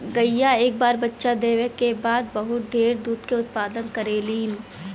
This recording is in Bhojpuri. गईया एक बार बच्चा देवे क बाद बहुत ढेर दूध के उत्पदान करेलीन